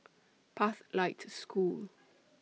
Pathlight School